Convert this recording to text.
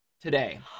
today